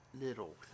little